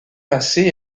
massé